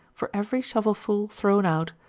for every shovelfull thrown out,